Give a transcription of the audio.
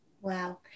Wow